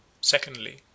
Secondly